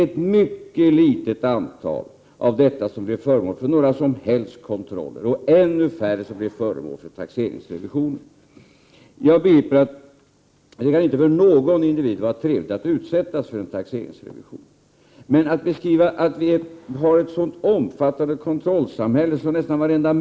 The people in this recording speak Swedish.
Ett mycket litet antal av dessa blir föremål för några som helst kontroller. Ännu färre blir föremål för taxeringsrevisioner. Jag begriper att det inte för någon individ kan vara trevligt att utsättas för en taxeringsrevision, men att beskriva att vi har ett sådant omfattande kontrollsamhälle att praktiskt taget Prot.